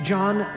John